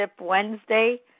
Wednesday